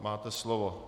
Máte slovo.